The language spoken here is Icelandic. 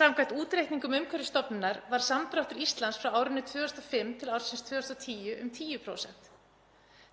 Samkvæmt útreikningum Umhverfisstofnunar var samdráttur Íslands frá árinu 2005 til ársins 2010 um 10%.